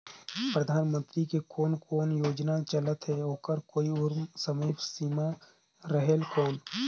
परधानमंतरी के कोन कोन योजना चलत हे ओकर कोई उम्र समय सीमा रेहेल कौन?